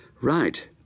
Right